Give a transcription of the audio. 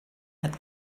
had